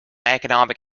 economic